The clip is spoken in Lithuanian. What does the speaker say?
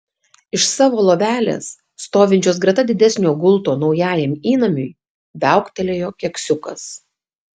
iš savo lovelės stovinčios greta didesnio gulto naujajam įnamiui viauktelėjo keksiukas